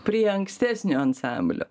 prie ankstesnio ansamblio